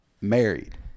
married